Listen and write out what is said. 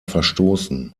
verstoßen